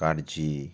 কারজি